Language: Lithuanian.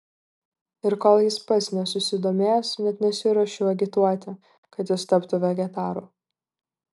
ir kol jis pats nesusidomės net nesiruošiu agituoti kad jis taptų vegetaru